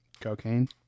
cocaine